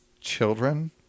children